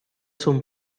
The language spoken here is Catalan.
son